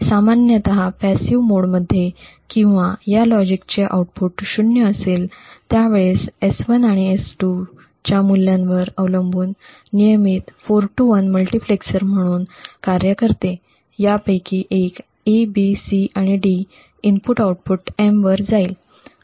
सामान्यत निष्क्रीय मोडमध्ये किंवा या लॉजिकचे आउटपुट 0 असेल त्यावेळेस S1 आणि S2 च्या मूल्यांवर अवलंबून नियमित '4 to 1' मल्टिप्लेसर म्हणून कार्य करते यापैकी एक A B C आणि D इनपुट आउटपुट M वर जाईल